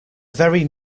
very